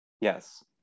Yes